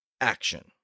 action